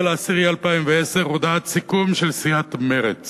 סיעת מרצ